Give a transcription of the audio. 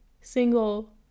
single